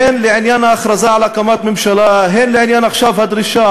הן לעניין ההכרזה על הקמת ממשלה והן לעניין הדרישה